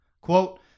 Quote